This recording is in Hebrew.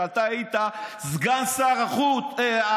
כשאתה היית סגן שר האוצר,